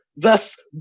thus